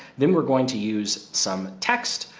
then we're going to use some text.